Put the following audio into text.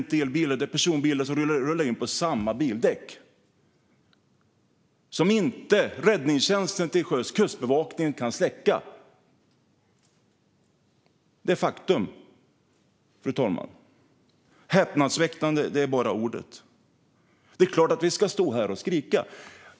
Detta handlar om personbilar som rullar in på samma bildäck och som räddningstjänsten till sjöss - Kustbevakningen - inte kan släcka bränder i. Detta är ett faktum, fru talman. Häpnadsväckande var ordet. Det är klart att vi ska stå här och skrika.